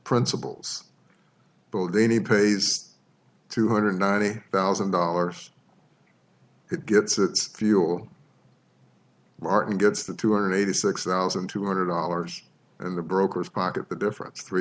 bodine pays two hundred ninety thousand dollars it gets its fuel martin gets the two hundred eighty six thousand two hundred dollars and the brokers pocket the difference three